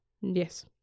Yes